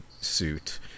suit